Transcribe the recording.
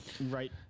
Right